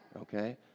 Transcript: okay